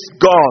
God